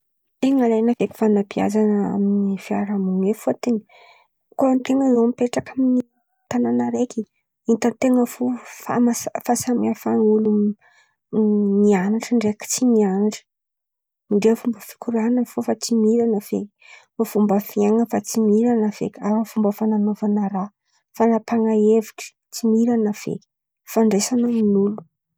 Tena ilain̈a feky fanabeazan̈a amin̈'ny fiaraha-monina fôtony koa an-ten̈a zen̈y mipetraka amin'ny koa an-ten̈a, mipetraka amin̈'ny tanàna araiky hitan-ten̈a fo fahamasa- fahasamihafa olo mian̈atra ndraiky tsy mian̈atra. Ndreo fomba fikoran̈a efa tsy miran̈a feky, fômba fiain̈a tsy miran̈a feky, ary fan̈anaovan̈a raha, fanapahana hevitry tsy miran̈a feky, fandraisa amin̈'olo.